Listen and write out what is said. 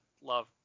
love